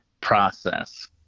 process